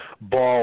Ball